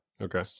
Okay